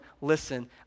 listen